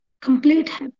complete